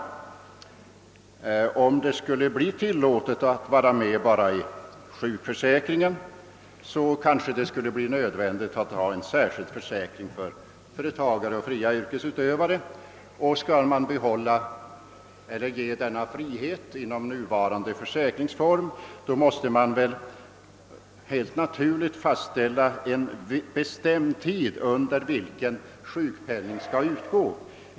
Om det bleve tillåtet att vara med endast i sjukförsäkringen, så kanske det bleve nödvändigt att ha en särskild försäkring för företagare och fria yrkesutövare; och skulle man ge denna valfrihet inom nuvarande försäkringsform måste det givetvis fastställas en bestämd tid under vilken sjukpenning skall utgå.